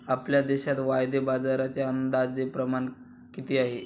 आपल्या देशात वायदे बाजाराचे अंदाजे प्रमाण किती आहे?